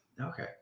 Okay